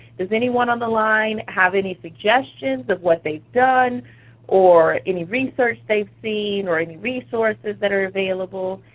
does anyone on the line have any suggestions of what they've done or any research they've seen or any resources that are available?